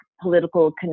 political